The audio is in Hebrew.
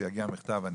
כשיגיע המכתב,